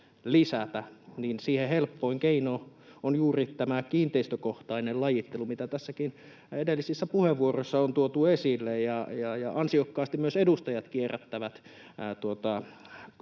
siihen helpoin keino on juuri tämä kiinteistökohtainen lajittelu, jota edellisissäkin puheenvuoroissa on tuotu esille — ja ansiokkaasti myös edustajat kierrättävät